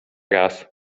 raz